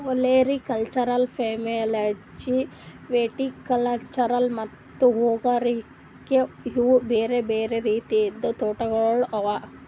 olericulture, pomology, viticulture ಮತ್ತ ಹೂಗಾರಿಕೆ ಇವು ಬೇರೆ ಬೇರೆ ರೀತಿದ್ ತೋಟಗೊಳ್ ಅವಾ